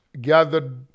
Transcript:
gathered